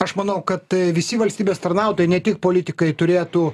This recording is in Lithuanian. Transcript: aš manau kad visi valstybės tarnautojai ne tik politikai turėtų